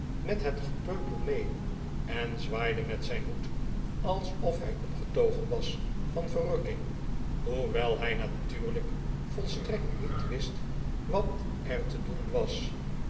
met het gepeupel mee en zwaaide met zijn hoed alsof hij opgetogen was van verrukking hoewel hij natuurlijk volstrekt niet wist wat er te doen was